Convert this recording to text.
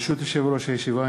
ברשות יושב-ראש הישיבה,